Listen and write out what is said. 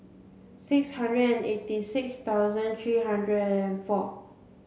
six hundred and eighty six thousand three hundred and four